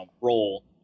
role